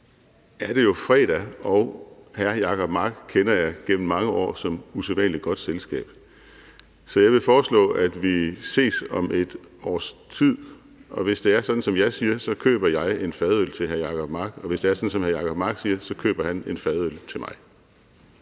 er det jo fredag, og hr. Jacob Mark har jeg gennem mange år kendt som et usædvanlig godt selskab. Så jeg vil foreslå, at vi ses om et års tid, og hvis det er sådan, som jeg siger, køber jeg en fadøl til hr. Jacob Mark, og hvis det er sådan, som hr. Jacob Mark siger, køber han en fadøl til mig.